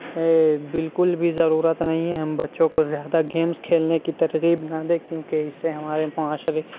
بالکل بھی ضرورت نہیں ہے ہم بچوں کو زیادہ گیمس کھیلنے کی ترغیب نہ دیں کیونکہ اس سے ہمارے معاشرے